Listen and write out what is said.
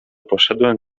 poszedłem